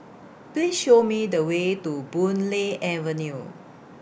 Please Show Me The Way to Boon Lay Avenue